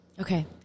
Okay